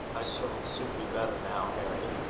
i shall soon be better now, harry.